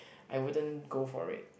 I wouldn't go for it